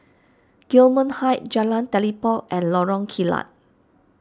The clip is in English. Gillman Heights Jalan Telipok and Lorong Kilat